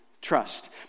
trust